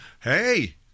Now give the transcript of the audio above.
hey